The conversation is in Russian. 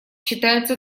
читается